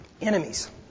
Enemies